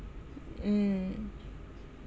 mm